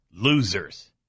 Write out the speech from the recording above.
losers